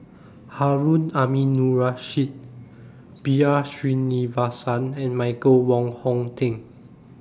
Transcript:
Harun Aminurrashid B R Sreenivasan and Michael Wong Hong Teng